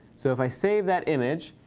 so, if i save that image,